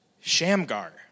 Shamgar